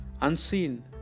Unseen